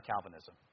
Calvinism